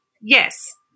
Yes